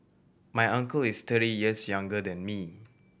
my uncle is thirty years younger than me